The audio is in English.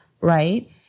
Right